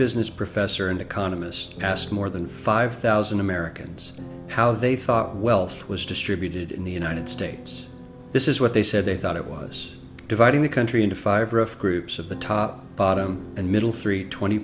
business professor and economist asked more than five thousand americans how they thought wealth was distributed in the united states this is what they said they thought it was dividing the country into five or if groups of the top bottom and middle three twenty